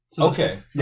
Okay